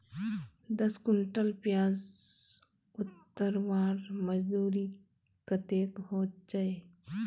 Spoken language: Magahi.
दस कुंटल प्याज उतरवार मजदूरी कतेक होचए?